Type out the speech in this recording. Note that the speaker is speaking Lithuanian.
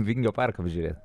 vingio parką apžiūrėt